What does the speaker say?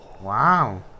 wow